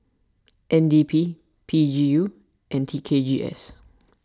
N D P P G U and T K G S